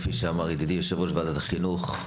כפי שאמר ידידי יושב-ראש ועדת החינוך,